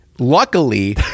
Luckily